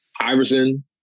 Iverson